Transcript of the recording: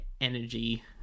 energy